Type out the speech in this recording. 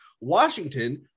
Washington